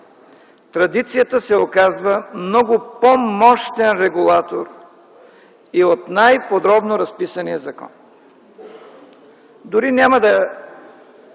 традицията се оказва много по-мощен регулатор и от най-подробно разписания закон.